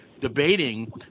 debating